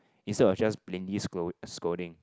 instead of just plainly scold~ scolding